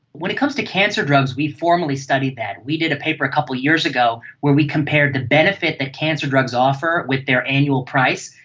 when it comes to cancer drugs we formally studied that. we did a paper a couple of years ago where we compared the benefit that cancer drugs offer with their annual price,